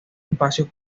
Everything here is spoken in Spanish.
espacios